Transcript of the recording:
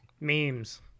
Memes